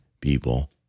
people